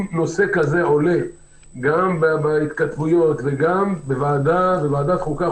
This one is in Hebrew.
אם נושא כזה עולה גם בהתכתבויות וגם בוועדת חוקה,